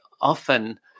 often